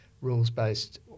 rules-based